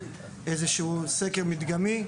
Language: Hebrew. איזשהו מדגמי,